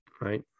Right